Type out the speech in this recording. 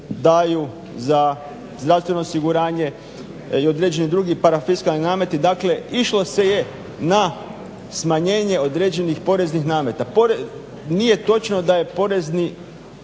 za zdravstveno osiguranje i određeni drugi parafiskalni nameti. Dakle, išlo se je na smanjenje određenih poreznih nameta. Nije točno da je porezni